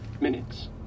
minutes